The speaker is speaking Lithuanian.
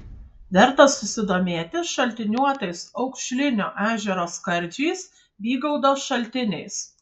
verta susidomėti šaltiniuotais aukšlinio ežero skardžiais bygaudo šaltiniais